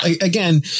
again